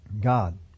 God